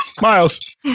Miles